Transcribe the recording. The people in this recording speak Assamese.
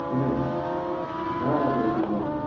অঁ মই ঠিক আছে মই জনাম